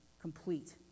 complete